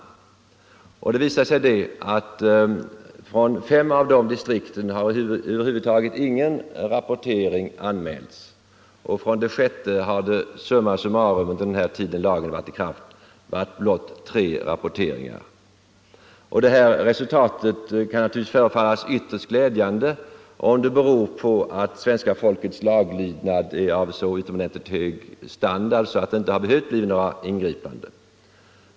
Därvid har det visat sig att från fem av distrikten över huvud taget ingen rapportering har anmälts, och från det sjätte distriktet har summa summarum, under den tid den här lagen varit i kraft, kommit in blott tre rapporteringar. Resultatet kan naturligtvis förefalla ytterst glädjande, ifall det beror på att svenska folkets laglydnad är så utomordentligt hög, att några ingripanden inte har behövt företas.